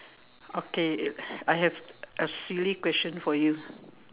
okay I have a silly question for you